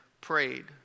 prayed